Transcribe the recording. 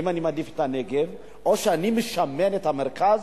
האם אני מעדיף את הנגב, או שאני משמן את המרכז,